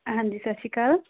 ਹਾਂਜੀ ਸਤਿ ਸ਼੍ਰੀ ਅਕਾਲ